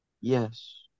Yes